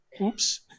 Oops